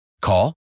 Call